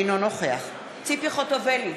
אינו נוכח ציפי חוטובלי,